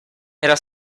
era